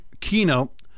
keynote